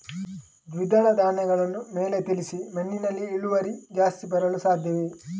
ದ್ವಿದಳ ಧ್ಯಾನಗಳನ್ನು ಮೇಲೆ ತಿಳಿಸಿ ಮಣ್ಣಿನಲ್ಲಿ ಇಳುವರಿ ಜಾಸ್ತಿ ಬರಲು ಸಾಧ್ಯವೇ?